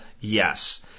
Yes